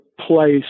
Place